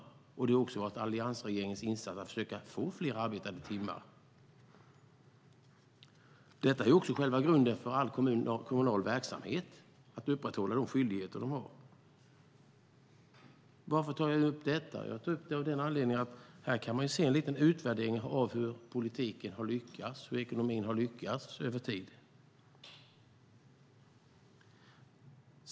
Alliansregeringen gör också insatser för att försöka få fler arbetade timmar. Detta är även själva grunden för all kommunal verksamhet och för att upprätthålla de skyldigheter kommunerna har. Varför tar jag nu upp detta? Anledningen är att man här kan se en liten utvärdering av hur politiken och ekonomin har lyckats över tid.